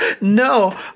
no